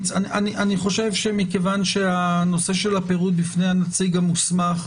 מכיוון שהנושא של הפירוט בפני הנציג המוסמך,